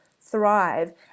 thrive